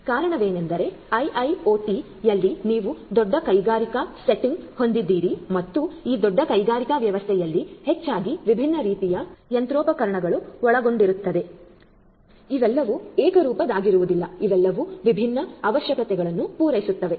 ಕಾರಣವೆಂದರೆ ಐಐಒಟಿಯಲ್ಲಿ ನೀವು ದೊಡ್ಡ ಕೈಗಾರಿಕಾ ಸೆಟ್ಟಿಂಗ್ ಹೊಂದಿದ್ದೀರಿ ಮತ್ತು ಈ ದೊಡ್ಡ ಕೈಗಾರಿಕಾ ವ್ಯವಸ್ಥೆಯಲ್ಲಿ ಹೆಚ್ಚಾಗಿ ವಿಭಿನ್ನ ರೀತಿಯ ಯಂತ್ರೋಪಕರಣಗಳನ್ನು ಒಳಗೊಂಡಿರುತ್ತದೆ ಇವೆಲ್ಲವೂ ಏಕರೂಪದ್ದಾಗಿರುವುದಿಲ್ಲ ಇವೆಲ್ಲವೂ ವಿಭಿನ್ನ ಅವಶ್ಯಕತೆಗಳನ್ನು ಪೂರೈಸುತ್ತಿವೆ